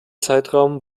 zeitraum